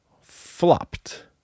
flopped